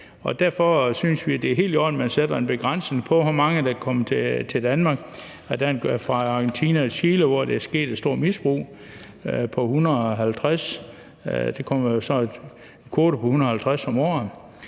Derfor synes vi, det er helt i orden, at man sætter en begrænsning på, hvor mange der kommer til Danmark fra Argentina og Chile, hvor der er sket et stort misbrug. Der kommer så en kvote på 150 om året.